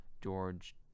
George